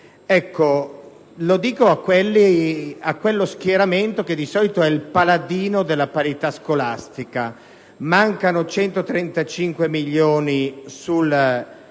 Ricordo allo schieramento che di solito è il paladino della parità scolastica che mancano 135 milioni di